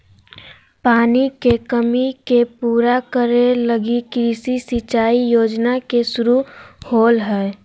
पानी के कमी के पूरा करे लगी कृषि सिंचाई योजना के शुरू होलय हइ